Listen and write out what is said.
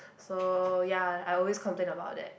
so ya I always complain about that